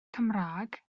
cymraeg